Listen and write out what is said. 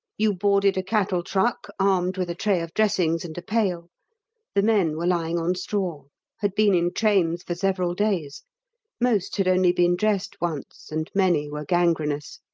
you boarded a cattle-truck, armed with a tray of dressings and a pail the men were lying on straw had been in trains for several days most had only been dressed once, and many were gangrenous.